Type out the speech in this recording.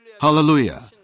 Hallelujah